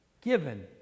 given